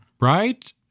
right